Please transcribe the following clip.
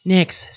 Next